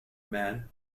man